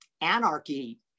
anarchy